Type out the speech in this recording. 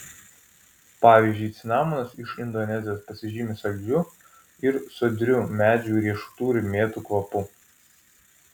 pavyzdžiui cinamonas iš indonezijos pasižymi saldžiu ir sodriu medžių riešutų ir mėtų kvapu